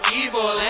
evil